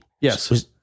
Yes